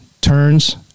turns